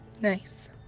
Nice